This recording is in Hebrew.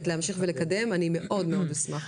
ישראל להמשיך ולקדם אני מאוד מאוד אשמח.